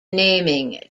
naming